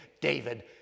David